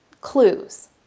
clues